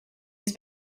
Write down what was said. has